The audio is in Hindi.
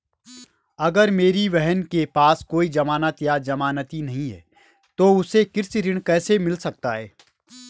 अगर मेरी बहन के पास कोई जमानत या जमानती नहीं है तो उसे कृषि ऋण कैसे मिल सकता है?